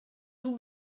dous